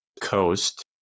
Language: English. Coast